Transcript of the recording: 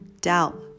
doubt